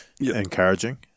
encouraging